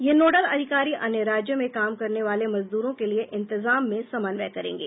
ये नोडल अधिकारी अन्य राज्यों में काम करने वाले मजदूरों के लिए इंतजाम में समन्वय करेंगे